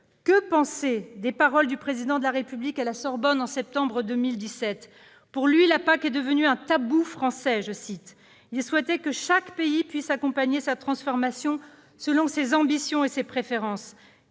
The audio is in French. Que penser des paroles du Président de la République à la Sorbonne, en septembre 2017 ? Pour lui, « la PAC est devenue un tabou français ». Il souhaite « que chaque pays puisse accompagner cette transformation selon ses ambitions et ses préférences